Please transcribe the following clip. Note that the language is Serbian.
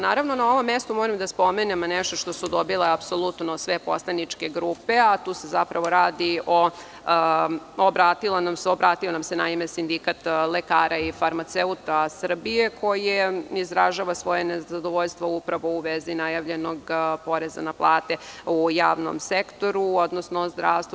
Naravno, na ovom mestu moram i da spomenem nešto što su dobile apsolutno sve poslaničke grupe, a tu se zapravo radi, naime, obratio nam se sindikat lekara i farmaceuta Srbije koji izražava svoje nezadovoljstvo upravo u vezi najavljenog poreza na plate u javnom sektoru, odnosno zdravstvu.